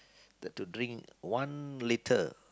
that to drink one litre